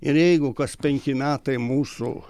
ir jeigu kas penki metai mūsų